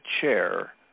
chair